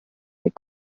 des